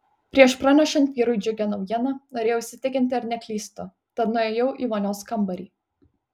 prieš pranešant vyrui džiugią naujieną norėjau įsitikinti ar neklystu tad nuėjau į vonios kambarį